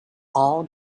all